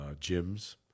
gyms